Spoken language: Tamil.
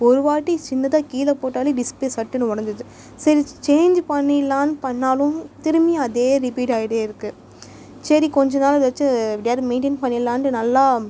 ஒருவாட்டி சின்னதாக கீழே போட்டாலும் டிஸ்ப்ளே சட்டுன்னு உடஞ்சிருது சரி சேஞ்சு பண்ணிடலான்னு பண்ணிணாலும் திரும்பியும் அதே ரிப்பீட் ஆகிட்டே இருக்குது சரி கொஞ்சம் நாள் இதை வச்சு எப்படியாது மெயின்டைன் பண்ணிடலான்ட்டு நல்லா